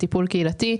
טיפול קהילתי,